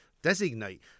designate